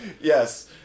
Yes